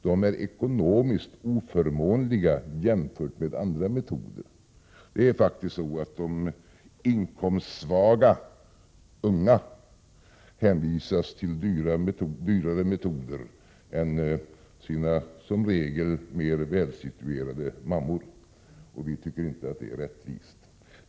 Dessa är ekonomiskt oförmånliga jämfört med andra metoder. Det är faktiskt så att de inkomstsvaga unga hänvisas till dyrare metoder än sina som regel mer välsituerade mammor, och vi tycker inte att det är rättvist.